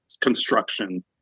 construction